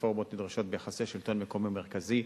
הרפורמות הנדרשות ביחסי השלטון המקומי והשלטון המרכזי.